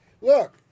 look